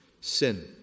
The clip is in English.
Sin